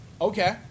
Okay